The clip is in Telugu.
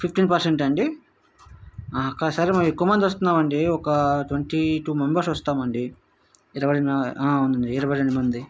ఫిఫ్టీన్ పర్సెంటా అండి సరే మరి ఎక్కువ మంది వస్తున్నామండీ ఒక ట్వంటీ టూ మెంబర్స్ వస్తాము అండి ఇరవై అవును అండి ఇరవై రెండు మంది